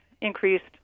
increased